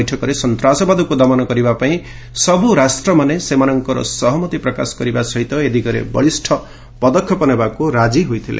ବୈଠକରେ ସନ୍ତାସବାଦକୁ ଦମନ କରିବା ପାଇଁ ସବୁ ରାଷ୍ଟ୍ରମାନେ ସେମାନଙ୍କର ସହମତି ପ୍ରକାଶ କରିବା ସହିତ ଏ ଦିଗରେ ବଳିଷ୍ଣ ପଦକ୍ଷେପ ନେବାକୁ ରାଜି ହୋଇଥିଲେ